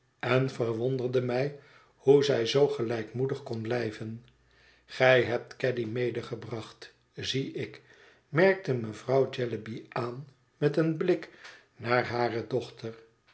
en verwonderde mij hoe zij zoo gelijkmoedig kon blijven gij hebt caddy medegebracht zie ik merkte mevrouw jellyby aan met een blik naar hare dochter